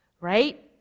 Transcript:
right